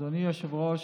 אדוני היושב-ראש,